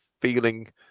feeling